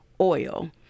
oil